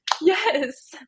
Yes